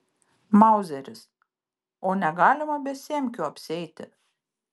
mauzeris o negalima be semkių apsieiti